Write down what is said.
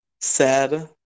Sad